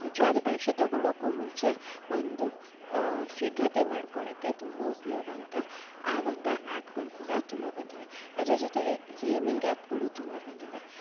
ನಿಜವಾದ ಪರೀಕ್ಷೆ ತೊಗೊಳೋಕ್ಕೂ ಮುಂಚೆ ಒಂದು ಸಿದ್ಧತೆ ಮಾಡ್ಕೋಳಕ್ಕೆ ತುಂಬ ಉಪಯೋಗುವಂತ ಆಗುವಂಥ ಆ್ಯಪ್ಗಳು ಕೂಡ ತುಂಬ ಬಂದಿದೆ ಅದರ ಜೊತೆಗೆ ಗೇಮಿಂಗ್ ಆ್ಯಪ್ಗಳು ತುಂಬ ಬಂದಿದೆ